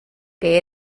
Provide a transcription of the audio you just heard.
que